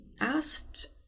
asked